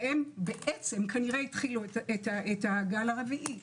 והם כנראה התחילו את הגל הרביעי.